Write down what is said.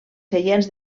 seients